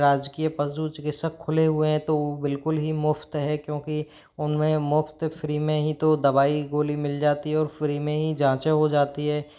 राजकीय पशु चिकित्सक खुले हुए हैं तो वो बिल्कुल ही मुफ़्त हैं क्यूँकि उनमें मुफ़्त फ़्री में ही तो दवाई गोली मिल जाती है और फ़्री में ही जाँचें हो जाती है